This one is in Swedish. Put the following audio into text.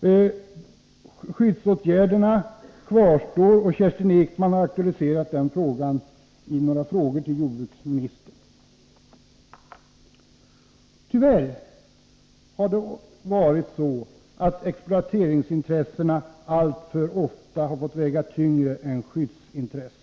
sammanhanget. Spörsmålet om skyddsåtgärderna kvarstår, och Kerstin Ekman har aktualiserat det i några frågor till jordbruksministern. Tyvärr har exploateringsintressena alltför ofta fått väga tyngre än skyddsintressena.